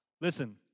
Listen